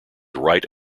right